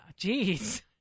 Jeez